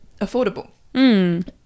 affordable